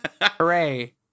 Hooray